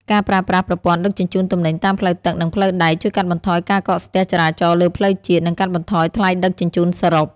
ការប្រើប្រាស់ប្រព័ន្ធដឹកជញ្ជូនទំនិញតាមផ្លូវទឹក និងផ្លូវដែក ជួយកាត់បន្ថយការកកស្ទះចរាចរណ៍លើផ្លូវជាតិ និងកាត់បន្ថយថ្លៃដឹកជញ្ជូនសរុប។